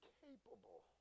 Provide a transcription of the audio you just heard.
capable